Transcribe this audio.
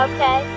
Okay